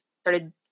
started